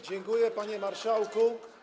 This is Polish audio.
Dziękuję, panie marszałku.